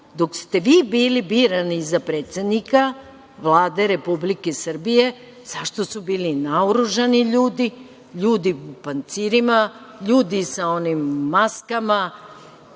dok ste vi bili birani za predsednika Vlade Republike Srbije, zašto su bili naoružani ljudi, ljudi u pancirima, ljudi sa maskama?